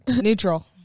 Neutral